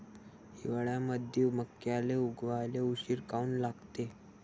हिवाळ्यामंदी मक्याले उगवाले उशीर काऊन लागते?